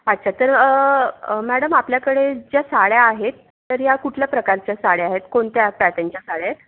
अच्छा तर मॅडम आपल्याकडे ज्या साड्या आहेत तर ह्या कुठल्या प्रकारच्या साड्या आहेत कोणत्या पॅटर्नच्या साड्या आहेत